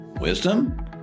wisdom